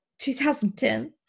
2010